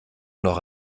noch